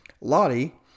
Lottie